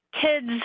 kids